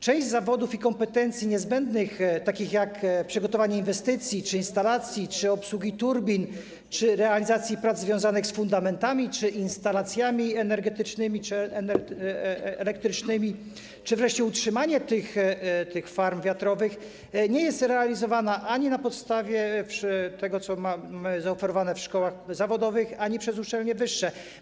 Część zawodów i kompetencji niezbędnych, takich jak przygotowanie inwestycji czy instalacji, obsługa turbin, realizacja prac związanych z fundamentami czy instalacjami energetycznymi lub elektrycznymi czy wreszcie utrzymanie farm wiatrowych, nie jest realizowana ani na podstawie tego, co mamy zaoferowane w szkołach zawodowych, ani przez uczelnie wyższe.